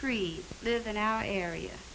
creed live in our area